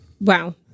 Wow